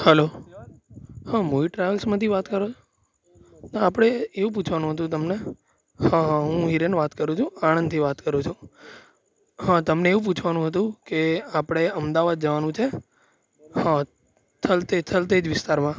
hello હા movie ટ્રાવેલ્સમાંથી વાત કરો હા આપણે એવું પૂછવાનું હતું તમને હા હા હું હિરેન વાત કરું છું આણંદથી વાત કરું છું હા તમને એવું પૂછવાનું હતું કે આપણે અમદાવાદ જવાનું છે હા થલતેજ થલતેજ વિસ્તારમાં